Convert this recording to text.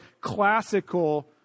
classical